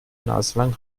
naselang